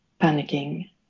panicking